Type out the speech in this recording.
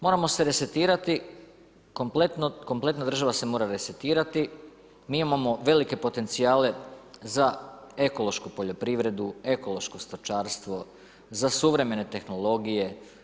Moramo se resetirati, kompletna država se mora resetirati, mi imamo velike potencijale za ekološku poljoprivredu, ekološko stočarstvo, za suvremene tehnologije.